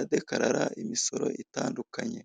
adekarara imisoro itandukanye.